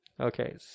okay